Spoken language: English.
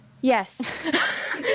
yes